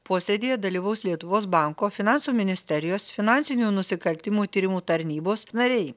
posėdyje dalyvaus lietuvos banko finansų ministerijos finansinių nusikaltimų tyrimų tarnybos nariai